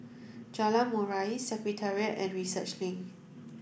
Jalan Murai Secretariat and Research Link